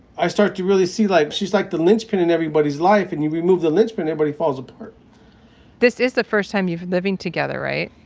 i start to really see like, she's like the linchpin in everybody's life and you remove the linchpin everybody falls apart this is the first time you've been living together, right?